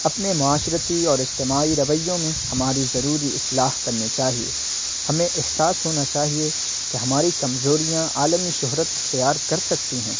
اپنے معاشرتی اور اجتماعی رویوں میں ہماری ضروری اصلاح کرنی چاہیے ہمیں احساس ہونا چاہیے کہ ہماری کمزوریاں عالمی شہرت اختیار کر سکتی ہیں